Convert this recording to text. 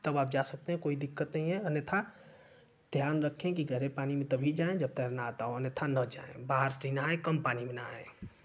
तब आप जा सकते हैं कोई दिक्कत नहीं है अन्यथा ध्यान रखें कि गहरे पानी में तभी जाएँ जब तैरना आता हो अन्यथा न जाएँ बाहर से ही नहाएँ कम पानी में नहाएँ